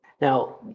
Now